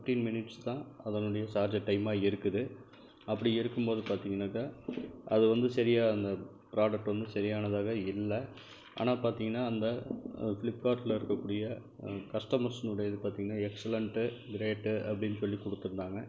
fifteen minutes தான் அதனுடைய charger டைமாக இருக்குது அப்படி இருக்கும் போது பார்த்திங்கனாக்கா அது வந்து சரியாக அந்த ஃப்ராடக்ட்டு வந்து சரியானதாக இல்லை ஆனால் பார்த்திங்கனா அந்த ஃப்ளிப்கார்ட்டில் இருக்கக்கூடிய கஸ்ட்டமர்ஸ்ஸினுடையது பார்த்திங்கனா எக்ஸ்லண்ட்டு கிரேட்டு அப்படினு சொல்லி கொடுத்துருந்தாங்க